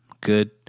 Good